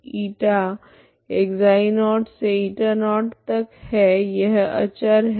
तो d η ξ0 से η0 तक है यह अचर है